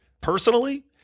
personally